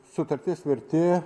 sutarties vertė